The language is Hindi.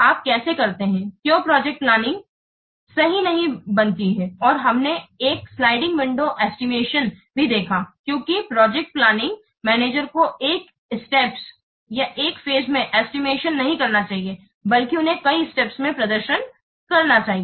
आप कैसे करते हैं क्यों प्रोजेक्ट प्लानिंग एस्टिमेशन सही नहीं बनती हैं और हमने एक स्लाइडिंग विंडो एस्टिमेशन भी देखा है क्योंकि प्रोजेक्ट प्लानिंग मैनेजर को एक स्टेप्स में एस्टिमेशन नहीं करना चाहिए बल्कि उन्हें कई स्टेप्स में प्रदर्शन करना चाहिए